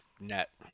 net